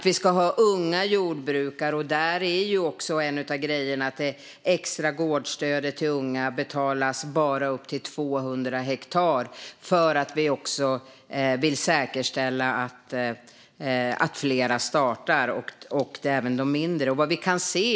Vi ska ha unga jordbrukare, och det extra gårdsstödet till unga betalas bara upp till 200 hektar eftersom vi vill säkerställa att fler och även mindre jordbruk kan startas.